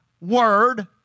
Word